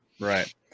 right